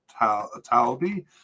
Talbi